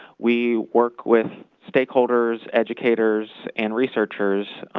we work with stakeholders, educators, and researchers